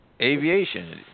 aviation